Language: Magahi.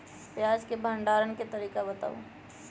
प्याज के भंडारण के तरीका बताऊ?